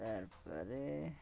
তারপরে